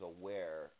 aware